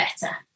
Better